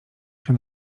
się